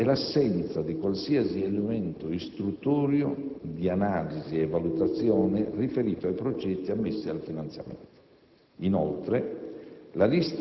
del programma nel suo complesso e l'assenza di qualsiasi elemento istruttorio di analisi e valutazione riferito ai progetti ammessi a finanziamento.